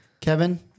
Kevin